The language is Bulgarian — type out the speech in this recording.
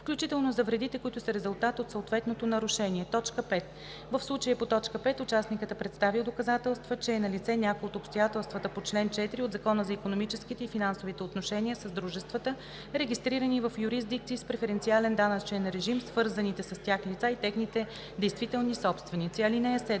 включително за вредите, които са резултат от съответното нарушение; 5. в случая по т. 5 участникът е представил доказателства, че е налице някое от обстоятелствата по чл. 4 от Закона за икономическите и финансовите отношения с дружествата, регистрирани в юрисдикции с преференциален данъчен режим, свързаните с тях лица и техните действителни собственици.